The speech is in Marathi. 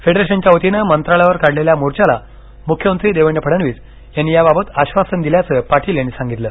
फेडरेशनच्या वतीनं मंत्रालयावर काढलेल्या मोर्चाला मुख्यमंत्री देवेंद्र फडणवीस यांनी या बाबत आश्वासन दिल्याचं पाटील यांनी सांगितलं